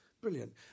Brilliant